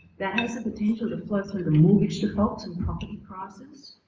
that has a potential that flux with but a mortgage defaults and property prices